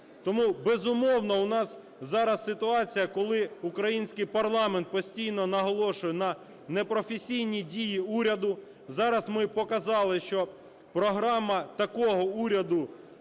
Тому, безумовно, в нас зараз ситуація, коли український парламент постійно наголошує на непрофесійній дії уряду. Зараз ми показали, що програма такого уряду